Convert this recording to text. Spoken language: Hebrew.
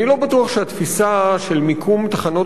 אני לא בטוח שהתפיסה של מיקום תחנות